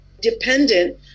Dependent